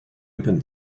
upon